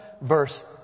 verse